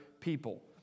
people